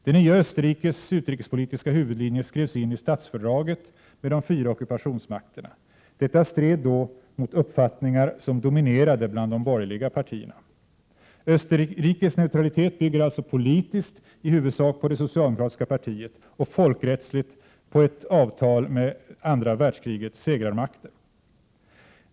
Det nya Österrikes utrikespolitiska huvudlinje skrevs in i statsfördraget med de fyra ockupationsmakterna. Detta stred då mot uppfattningar som dominerade bland de borgerliga partierna. Österrikes neutralitet bygger alltså politiskt i huvudsak på det socialdemokratiska partiet och folkrättsligt på ett avtal med andra världskrigets segrarmakter.